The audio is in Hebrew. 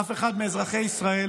אף אחד מאזרחי ישראל